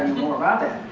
more about it.